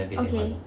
okay